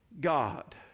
God